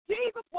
Jesus